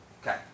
Okay